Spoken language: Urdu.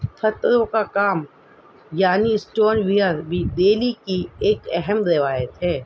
پتھروں کا کام یعنی اسٹون ویئر بھی دہلی کی ایک اہم روایت ہے